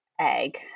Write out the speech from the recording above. egg